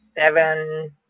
seven